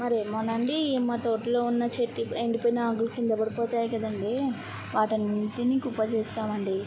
మరేమోనండీ మా తోటలో ఉన్న చెట్టిపై ఎండిపోయిన ఆకులు కింద పడిపోతాయి కదండీ వాటన్నింటిని కుప్పచేస్తామండీ